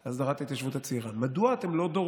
אז ביקשתי לבדוק מה עומד מאחורי אותו נוכל שדיברנו עליו לא פעם.